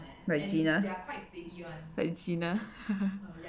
like gina like gina